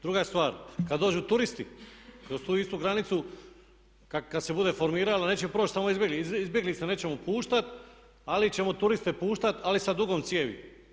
Druga stvar, kad dođu turisti kroz tu istu granicu kad se bude formiralo neće proći samo izbjeglice, njih nećemo puštati ali ćemo turiste puštati ali sa dugom cijevi.